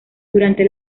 durante